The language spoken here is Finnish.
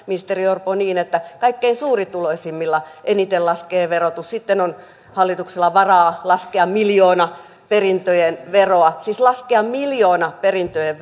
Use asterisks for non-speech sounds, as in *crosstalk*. *unintelligible* ministeri orpo niin että kaikkein suurituloisimmilla eniten laskee verotus sitten on hallituksella varaa laskea miljoonaperintöjen veroa siis laskea miljoonaperintöjen *unintelligible*